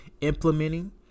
implementing